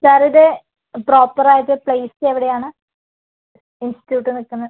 sir ഇത് proper ആയിട്ട് place എവിടെ ആണ് ഇൻസ്റ്റിട്യൂട്ട് നിൽക്കുന്ന